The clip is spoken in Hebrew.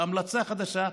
המלצה חדשה,